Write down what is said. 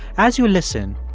as you listen,